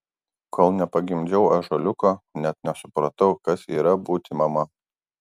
kol nepagimdžiau ąžuoliuko net nesupratau kas yra būti mama